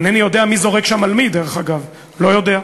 אינני יודע מי זורק שם על מי, דרך אגב, לא יודע.